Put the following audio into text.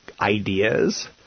ideas